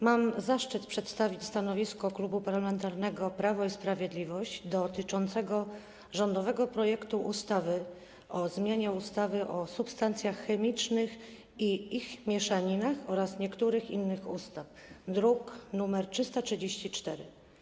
Mam zaszczyt przedstawić stanowisko Klubu Parlamentarnego Prawo i Sprawiedliwość dotyczące rządowego projektu ustawy o zmianie ustawy o substancjach chemicznych i ich mieszaninach oraz niektórych innych ustaw, druk nr 334.